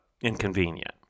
inconvenient